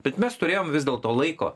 bet mes turėjom vis dėlto laiko